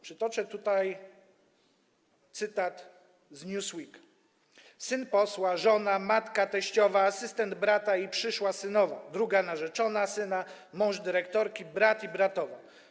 Przytoczę tutaj cytat z artykułu z „Newsweeka”: Syn posła, żona, matka, teściowa, asystent brata i przyszła synowa, druga narzeczona syna, mąż dyrektorki, brat i bratowa.